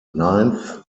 ninth